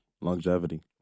longevity